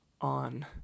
on